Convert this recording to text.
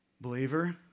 Believer